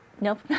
Nope